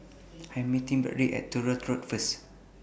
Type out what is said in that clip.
I Am meeting Bradly At Truro Road First